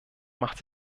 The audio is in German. macht